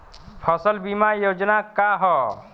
फसल बीमा योजना का ह?